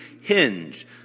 Hinge